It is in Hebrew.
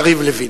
יריב לוין.